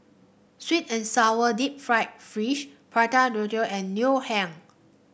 sweet and sour Deep Fried Fish Prata and Ngoh Hiang